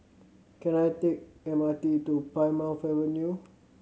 can I take M R T to Plymouth Avenue